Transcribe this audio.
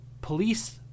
police